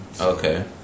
Okay